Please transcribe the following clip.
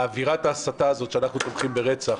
אווירת ההסתה הזו, שאנחנו תומכים ברצח,